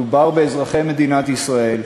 מדובר באזרחי מדינת ישראל,